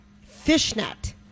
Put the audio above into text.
fishnet